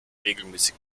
regelmässig